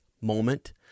moment